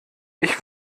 ich